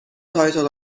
title